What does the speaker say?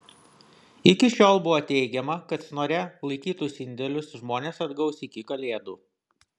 iki šiol buvo teigiama kad snore laikytus indėlius žmonės atgaus iki kalėdų